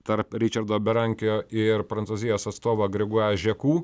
tarp ričardo berankio ir prancūzijos atstovo gregua žeku